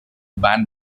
band